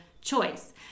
choice